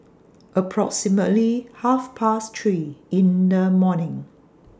approximately Half Past three in The morning